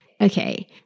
Okay